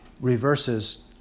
reverses